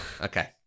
Okay